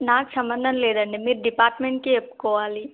నాకు సంబంధం లేదండి మీరు డిపార్ట్మెంట్కి చెప్పుకోవాలి